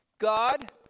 God